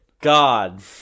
God